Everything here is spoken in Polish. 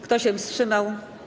Kto się wstrzymał?